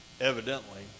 Evidently